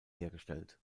hergestellt